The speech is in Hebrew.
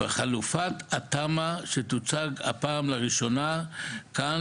וחלופת התמ"א שתוצג הפעם לראשונה כאן,